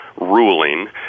ruling